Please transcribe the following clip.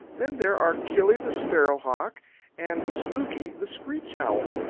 then there are killy the sparrow hawk and spooky the screech owl.